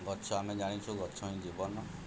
ଗଛ ଆମେ ଜାଣିଛୁ ଗଛ ହିଁ ଜୀବନ